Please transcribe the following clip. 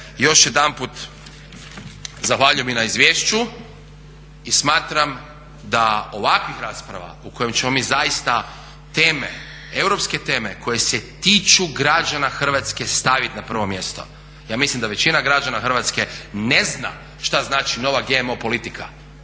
Još jedanput zahvaljujem i na izvješću i smatram da ovakvih rasprava u kojima ćemo mi zaista teme, europske teme koje se tiču građana Hrvatske staviti na prvo mjesto. Ja mislim da većina građana Hrvatske ne zna šta znači nova …/Govornik